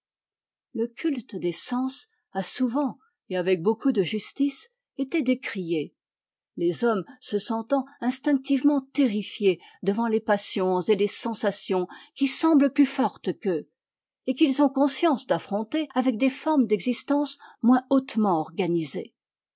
le culte des sens a souvent et avec beaucoup de justice été décrié les hommes se sentant instinctivement terrifiés devant les passions et les sensations qui semblent plus fortes qu'eux et qu'ils ont conscience d'affronter avec des formes d'existence moins hautement organisées